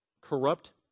Corrupt